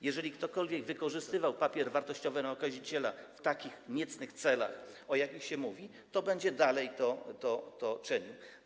Jeżeli ktokolwiek wykorzystywał papier wartościowy na okaziciela w takich niecnych celach, o jakich się mówi, to będzie dalej to czynił.